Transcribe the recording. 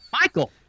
michael